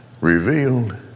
revealed